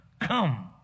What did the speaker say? Come